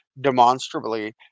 demonstrably